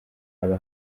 haba